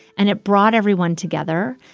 and it brought everyone together.